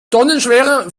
tonnenschwere